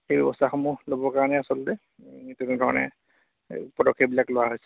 সেই ব্যৱস্থাসমূহ ল'বৰ কাৰণে আচলতে তেনেকুৱা মানে পদক্ষেপবিলাক লোৱা হৈছে